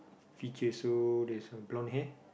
feature so there's a blonde hair